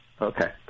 Okay